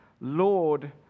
Lord